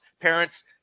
parents